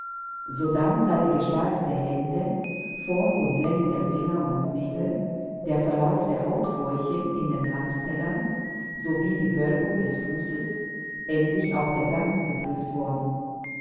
sodann sei die gestalt der hände form und länge der finger und nägel der verlauf der hautfurchen in den handtellern sowie die wölbung des fußes endlich auch der gang geprüft worden